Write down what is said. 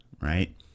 right